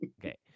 Okay